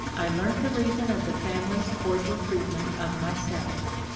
i learnt the reason of the family's cordial treatment of myself.